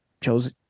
chose